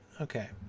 Okay